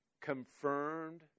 Confirmed